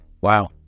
Wow